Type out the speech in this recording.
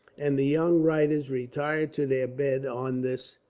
and the young writers retired to their beds, on this,